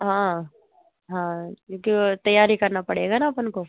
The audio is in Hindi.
हाँ हाँ क्योंकि वो तैयारी करना पड़ेगा ना अपन को